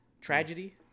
tragedy